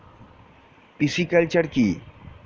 Pisciculture কি?